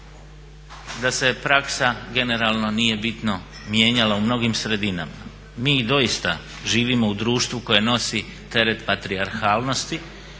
da se praksa generalno nije bitno mijenjala u mnogim sredinama. Mi doista živimo u društvu koje nosi teret patrijarhalnosti,